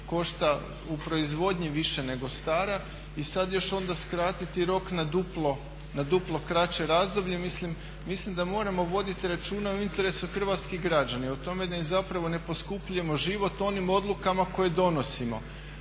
košta u proizvodnji više nego stara i sad još onda skratiti rok na duplo kraće razdoblje mislim da moramo voditi računa o interesu hrvatskih građana i o tome da im zapravo ne poskupljujemo život onim odlukama koje donosimo,